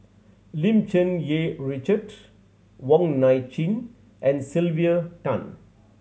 Lim Cherng Yih Richard Wong Nai Chin and Sylvia Tan